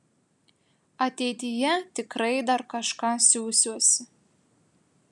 ateityje tikrai dar kažką siųsiuosi